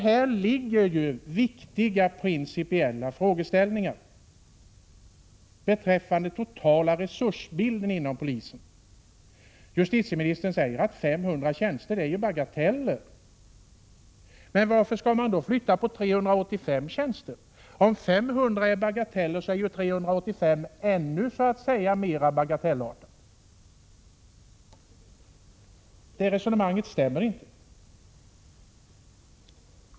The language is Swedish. Här finns viktiga principiella frågeställningar beträffande den totala resursbilden inom polisen. Justitieministern säger att 500 tjänster är en bagatell. Men varför skall man då flytta på 385 tjänster om 500 tjänster är en bagatell? Då är ju 385 tjänster ännu mer bagatellartat! Det resonemanget stämmer inte.